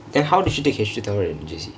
then how did she take H two tamil in J_C